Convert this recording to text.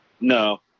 No